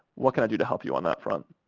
what can i do to help you on that front?